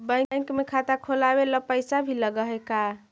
Bank में खाता खोलाबे ल पैसा भी लग है का?